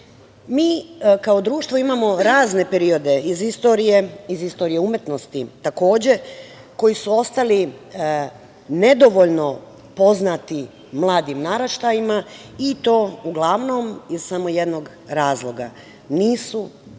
kao društvo imamo razne periode iz istorije, iz istorije umetnosti, takođe, koji su ostali nedovoljno poznati mladim naraštajima i to uglavnom iz samo jednog razloga – nisu sačuvani